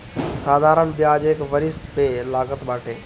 साधारण बियाज एक वरिश पअ लागत बाटे